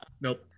nope